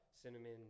cinnamon